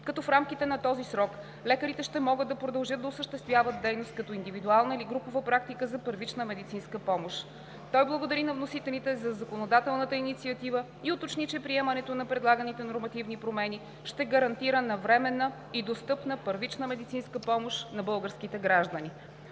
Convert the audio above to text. като в рамките на този срок лекарите ще могат да продължат да осъществяват дейност като индивидуална или групова практика за първична медицинска помощ. Той благодари на вносителите за законодателната инициатива и уточни, че приемането на предлаганите нормативни промени ще гарантира навременна и достъпна първична медицинска помощ на българските граждани.